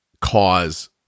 cause